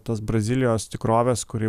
tas brazilijos tikrovės kuri